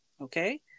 Okay